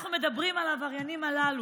אנחנו מדברים על העבריינים הללו,